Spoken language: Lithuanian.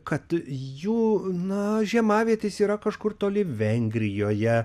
kad jų na žiemavietės yra kažkur toli vengrijoje